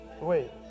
wait